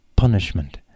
punishment